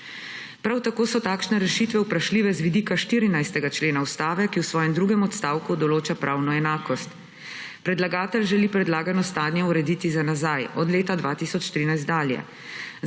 Prav tako so takšne rešitve vprašljive z vidika 14. člena Ustave, ki v svojem drugem odstavku določa pravno enakost. Predlagatelj želi predlagano stanje urediti za nazaj, od leta 2013 dalje,